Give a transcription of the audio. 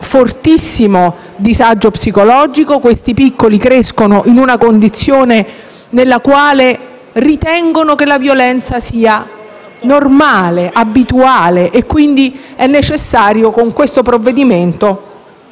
fortissimo disagio psicologico, in una condizione nella quale ritengono che la violenza sia normale, abituale, e quindi è necessario, con questo provvedimento,